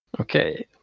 Okay